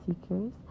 seekers